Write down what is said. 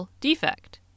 defect